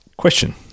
Question